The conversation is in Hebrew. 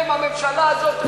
הם, הממשלה הזו תפנה.